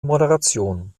moderation